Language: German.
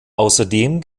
außerdem